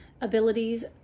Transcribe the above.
abilities